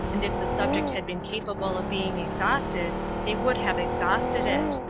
and if the subject had been capable of being exhausted they would have exhausted it.